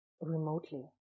remotely